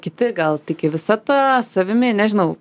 kiti gal tiki visata savimi nežinau